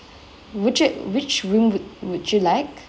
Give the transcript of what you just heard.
which it which room would would you like